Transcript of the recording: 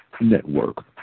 Network